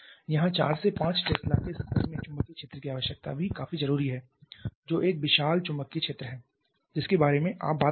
यहां 4 से 5 टेस्ला के स्तर में चुंबकीय क्षेत्र की आवश्यकता भी काफी जरूरी है जो एक विशाल चुंबकीय क्षेत्र है जिसके बारे में आप बात कर रहे हैं